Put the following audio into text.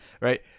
right